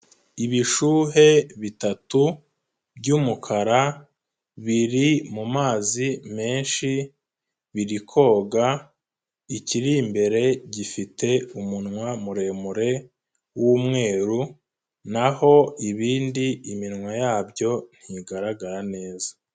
Ibishuhe bitatu by'umukara biri mu mazi menshi, biri koga ikiri imbere gifite umunwa muremure w'umweru, naho ibindi iminwa yabyo ntigaragara neza.